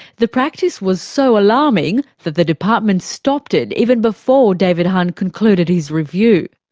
the practice was so alarming that the department stopped it even before david hunt concluded his review.